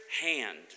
hand